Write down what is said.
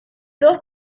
dos